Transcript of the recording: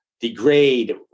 degrade